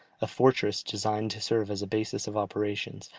a fortress designed to serve as a basis of operations,